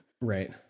right